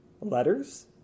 Letters